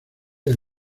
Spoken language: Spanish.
del